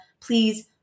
please